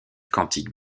cantiques